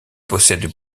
possède